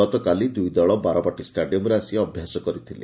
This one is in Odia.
ଗତକାଲି ଦୁଇ ଦଳ ବାରବାଟୀ ଷ୍ଟାଡିୟମ୍ରେ ଆସି ଅଭ୍ୟାସ କରିଥିଲେ